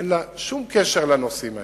אין לה שום קשר לנושאים האלה.